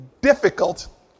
difficult